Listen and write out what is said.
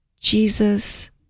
Jesus